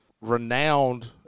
renowned